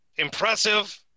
impressive